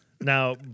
Now